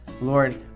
Lord